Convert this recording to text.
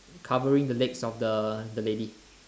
covering the legs of the the lady